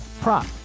prop